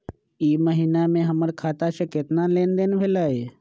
ई महीना में हमर खाता से केतना लेनदेन भेलइ?